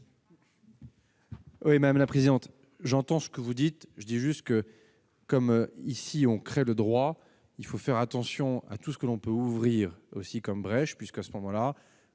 Oui, madame la présidente j'entends ce que vous dites, je dis juste que, comme ici, on crée le droit, il faut faire attention à tout ce que l'on peut ouvrir aussi comme brèche puisqu'à ce moment-là,